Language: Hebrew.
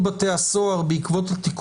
זה לא המצב בהכרזות.